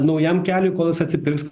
naujam keliui kol jis atsipirks